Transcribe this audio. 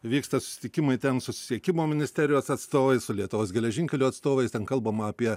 vyksta susitikimai ten susisiekimo ministerijos atstovai su lietuvos geležinkelių atstovais ten kalbama apie